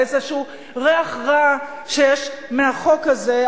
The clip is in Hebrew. על איזה ריח רע שיש מהחוק הזה.